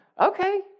okay